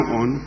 on